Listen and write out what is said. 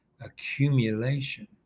accumulation